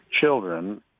children